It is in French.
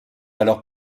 alors